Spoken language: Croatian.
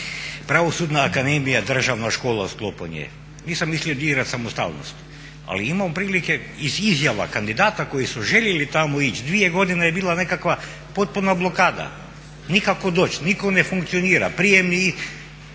Pravosudna akademija, državna škola u sklopu nje. Nisam mislio dirati samostalnost, ali imam prilike iz izjava kandidata koji su željeli tamo ići, 2 godine je bila nekakva potpuna blokada, nikako doći, nitko ne funkcionira, prijemni,